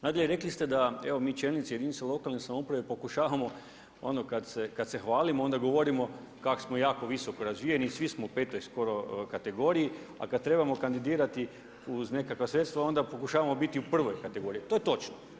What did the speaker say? Nadalje rekli ste da mi čelnici jedinica lokalne samouprave pokušavamo kad se hvalimo onda govorimo kako smo jako visoko razvijeni, svi smo u 5. skoro kategoriji a kad trebamo kandidirati uz nekakva sredstva onda pokušavamo biti u prvoj kategoriji, to je točno.